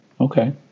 Okay